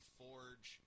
forge